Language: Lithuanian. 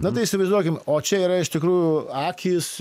na tai įsivaizduokim o čia yra iš tikrųjų akys